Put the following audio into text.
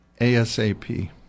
ASAP